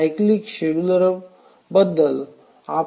cyclic शेड्यूलरबद्द Cyclic scheduler